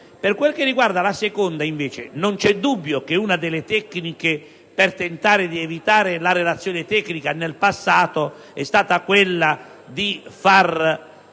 Per quel che riguarda, invece, la seconda questione, non c'è dubbio che una delle tecniche per tentare di evitare la relazione tecnica nel passato è stata quella di far